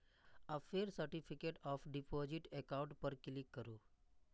आ फेर certificate of deposit account पर क्लिक करू